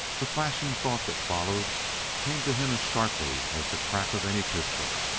the flashing thought that followed came to him as sharply as the crack of any pistol.